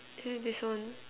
there this one